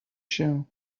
się